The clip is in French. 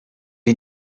est